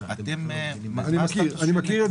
אני מכיר את